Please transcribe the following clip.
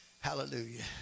hallelujah